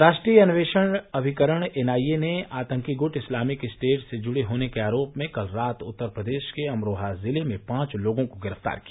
राष्ट्रीय अन्वेषण अभिकरण एनआईए ने आतंकी गुट इस्लामिक स्टेट से जुड़े होने के आरोप में कल रात उत्तर प्रदेश के अमरोहा ज़िले में पांच लोगों को गिरफ्तार किया